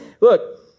look